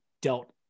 dealt